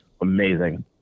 Amazing